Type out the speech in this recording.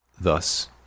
Thus